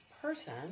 person